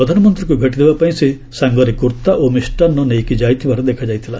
ପ୍ରଧାନମନ୍ତ୍ରୀଙ୍କ ଭେଟିଦେବାପାଇଁ ସେ ସାଙ୍କରେ କୂର୍ତ୍ତା ଓ ମିଷ୍ଟାନ୍ ନେଇକି ଯାଇଥିବାର ଦେଖାଯାଇଥିଲା